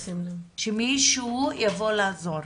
שמישהו יבוא לעזור.